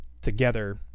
Together